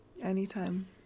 anytime